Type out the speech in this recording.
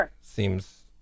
Seems